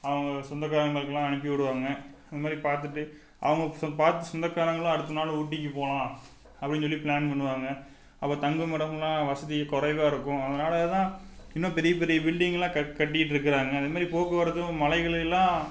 அவங்க சொந்தக்காரங்களுக்குலாம் அனுப்பி விடுவாங்க இந்த மாதிரி பார்த்துட்டு அவங்க பார்த்து சொந்தக்காரங்களும் அடுத்த நாள் ஊட்டிக்கு போகலாம் அப்படினு சொல்லி பிளான் பண்ணுவாங்க அப்போ தங்கும் இடமெல்லாம் வசதி குறைவாக இருக்கும் அதனால் தான் இன்னும் பெரிய பெரிய பில்டிங்லாம் கட் கட்டிக்கிட்டு இருக்குறாங்க அந்த மாதிரி போக்குவரத்தும் மலைகளில்லாம்